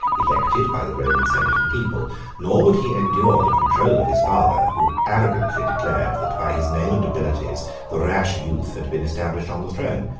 elected by the roman senate and people nor would he endure the control of his father, who arrogantly declared that by his name and abilities the rash youth had been established on the throne.